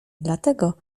dlatego